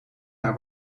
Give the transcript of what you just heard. naar